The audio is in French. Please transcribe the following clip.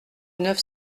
neuf